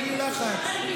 בלי לחץ.